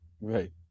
Right